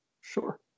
Sure